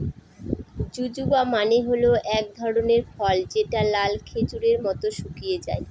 জুজুবা মানে হল এক ধরনের ফল যেটা লাল খেজুরের মত শুকিয়ে যায়